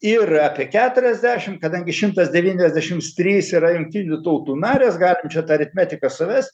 ir apie keturiasdešim kadangi šimtas devyniasdešims trys yra jungtinių tautų narės galim čia tą aritmetiką suvest